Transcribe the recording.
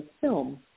film